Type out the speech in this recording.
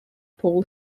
paul